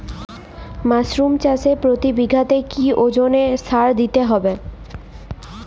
Mushroom চাষে প্রতি বিঘাতে কি ওজনে সার দিতে হবে?